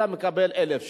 אתה מקבל 1,000 שקל.